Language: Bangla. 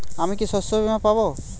আমি কি শষ্যবীমা পাব?